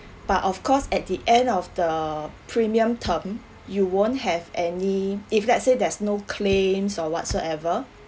but of course at the end of the premium term you won't have any if let's say there's no claims or whatsoever